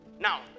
now